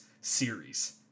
series